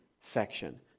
section